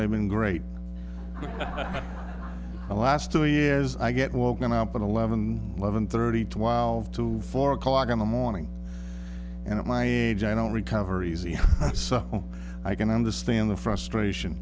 they've been great the last two years i get woken up at eleven eleven thirty to wild to four o'clock in the morning and at my age i don't recover easy so i can understand the frustration